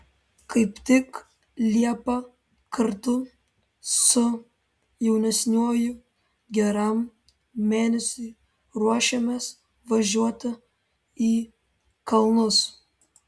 kaip tik liepą kartu su jaunesniuoju geram mėnesiui ruošiamės važiuoti į kalnus